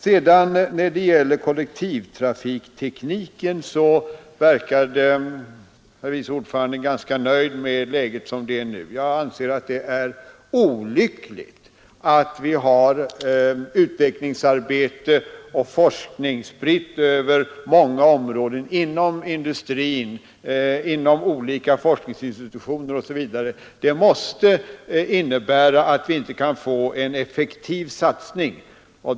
När det sedan gäller kollektivtrafiktekniken verkade herr vice ordföranden ganska nöjd med det läge som är. Jag anser det vara olyckligt att vi har utvecklingsarbete och forskning spridda över många områden inom industrin, inom olika forskningsinstitutioner osv. Det måste innebära, att det inte kan bli en effektiv satsning.